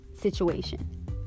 situation